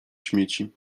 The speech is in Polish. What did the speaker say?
śmieci